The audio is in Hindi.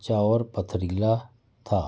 कच्चा और पथरीला था